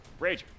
Rager